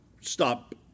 stop